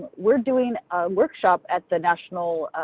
we're doing a workshop at the national